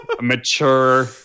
mature